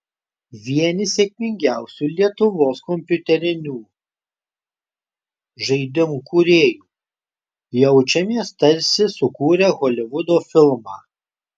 vieni sėkmingiausių lietuvos kompiuterinių žaidimų kūrėjų jaučiamės tarsi sukūrę holivudo filmą